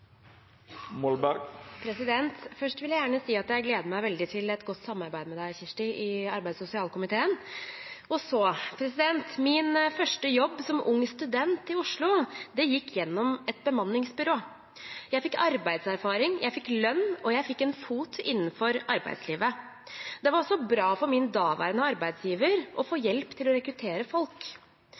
Først vil jeg gjerne si at jeg gleder meg veldig til et godt samarbeid med Kjersti Bergstø i arbeids- og sosialkomiteen. Min første jobb som ung student i Oslo gikk gjennom et bemanningsbyrå. Jeg fikk arbeidserfaring, jeg fikk lønn, og jeg fikk en fot innenfor arbeidslivet. Det var også bra for min daværende arbeidsgiver å få hjelp til å rekruttere folk.